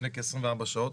לפני כ-24 שעות,